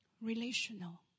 Relational